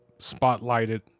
spotlighted